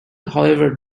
however